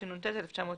התשנ"ט 1999."